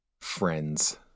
friends